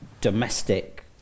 domestic